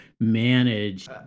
manage